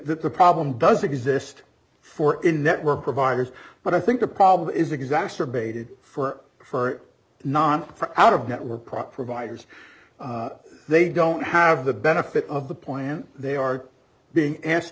that the problem does exist for in network providers but i think the problem is exacerbated for for not out of network prop providers they don't have the benefit of the plan they are being asked